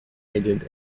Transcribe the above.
agent